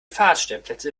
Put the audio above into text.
fahrradstellplätze